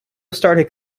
started